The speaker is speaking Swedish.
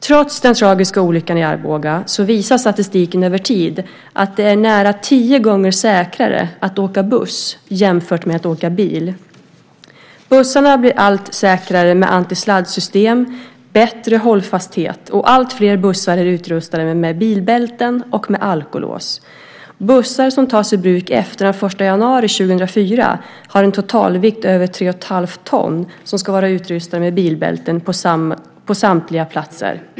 Trots den tragiska olyckan i Arboga visar statistiken över tid att det är nära tio gånger säkrare att åka buss jämfört med att åka bil. Bussarna blir allt säkrare med antisladdsystem och bättre hållfasthet och alltfler bussar är utrustade med bilbälten och alkolås. Bussar som tas i bruk efter den 1 januari 2004 och har en totalvikt över tre och ett halvt ton ska vara utrustade med bilbälten på samtliga platser.